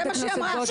זה מה שהיא אמרה.